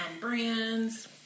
brands